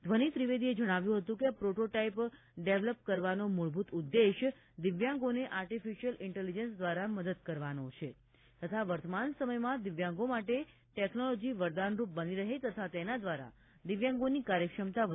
ધ્વની ત્રિવેદીએ જણાવ્યું હતું કે આ પ્રોટોટાઇપ ડેવલપ કરવાનો મૂળભૂત ઉદ્દેશ્ય દિવ્યાંગોને આર્ટિફિશીયલ ઇન્ટેલિજન્સ દ્વારા મદદ કરવાનો છે તથા વર્તમાન સમયમાં દિવ્યાંગો માટે ટેક્નોલોજી વરદાનરૂપ બની રહે તથા તેના દ્વારા દિવ્યાંગોની કાર્યક્ષમતા વધારવાનો છે